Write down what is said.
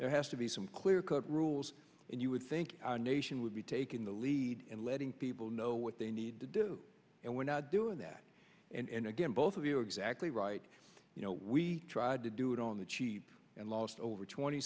there has to be some clear cut rules and you would think our nation would be taking the lead in letting people know what they need to do and we're not doing that and again both of you are exactly right you know we tried to do it on the cheap and lost over twenty